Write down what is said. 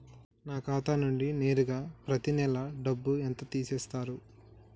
నా ఖాతా నుండి నేరుగా పత్తి నెల డబ్బు ఎంత తీసేశిర్రు?